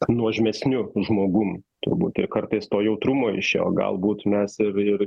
nuožmesniu žmogum turbūt ir kartais to jautrumo iš jo galbūt mes ir ir